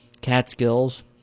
Catskills